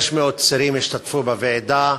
500 צירים השתתפו בוועידה,